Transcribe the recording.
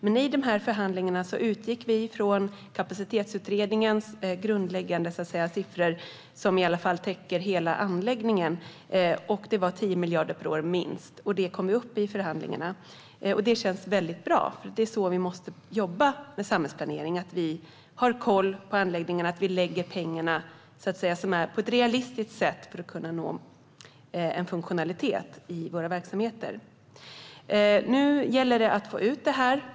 Men i de här förhandlingarna utgick vi från Kapacitetsutredningens grundläggande siffror som i alla fall täcker hela anläggningen, vilket var minst 10 miljarder per år, och det kom vi upp i i förhandlingarna. Det känns väldigt bra, för det är så vi måste jobba med samhällsplanering - att vi har koll på anläggningarna och att vi lägger pengar på ett realistiskt sätt för att kunna nå en funktionalitet i våra verksamheter. Nu gäller det att få ut det här.